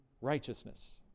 righteousness